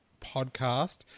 Podcast